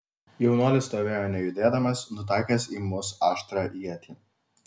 jaunuolis stovėjo nejudėdamas nutaikęs į mus aštrią ietį